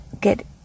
get